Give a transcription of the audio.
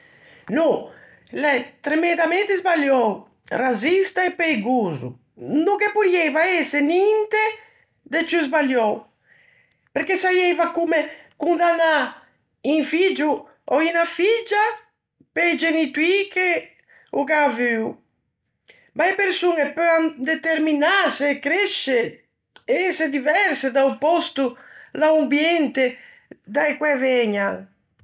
No, l'é tremendamente sballiou, razzista e peigoso, no ghe porrieva ëse ninte de ciù sballiou, perché saieiva comme condannâ un figgio ò unna figgia pe-i genitoî che o gh'à avuo. Ma e persoñe peuan determinâse e cresce, e ëse diverse da-o pòsto, l'ambiente da-o quæ vëgnan.